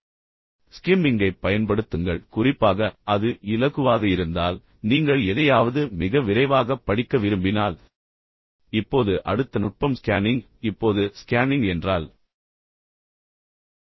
எனவே ஸ்கிம்மிங்கைப் பயன்படுத்துங்கள் குறிப்பாக அது இலகுவாக இருந்தால் நீங்கள் எதையாவது மிக விரைவாகப் படிக்க விரும்பினால் இப்போது அடுத்த நுட்பம் ஸ்கேனிங் இப்போது ஸ்கேனிங் என்றால் என்ன